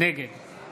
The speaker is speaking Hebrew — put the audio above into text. נגד